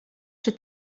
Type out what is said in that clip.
czy